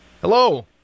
Hello